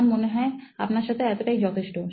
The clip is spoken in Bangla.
আমার মনে হয় আপনার সাথে এতটাই যথেষ্ট